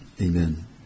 Amen